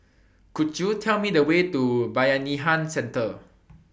Could YOU Tell Me The Way to Bayanihan Centre